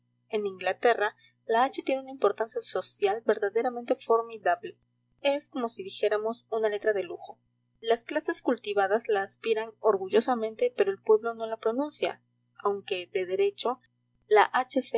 en inglaterra la hache tiene una importancia social verdaderamente formidable es como si dijéramos una letra de lujo las clases cultivadas la aspiran orgullosamente pero el pueblo no la pronuncia aunque de derecho la